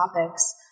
topics